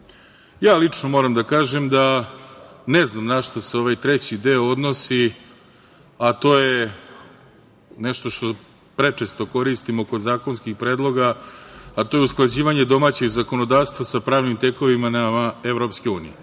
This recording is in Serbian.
Pariza. Lično moram da kažem da ne znam na šta se ovaj treći deo odnosi, a to je nešto što prečesto koristimo kod zakonskih predloga, a to je usklađivanje domaćeg zakonodavstva sa pravnim tekovinama EU. Iskreno